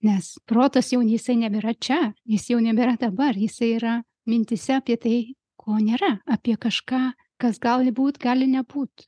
nes protas jau jisai nebėra čia jis jau nebėra dabar jisai yra mintyse apie tai ko nėra apie kažką kas gali būt gali nebūt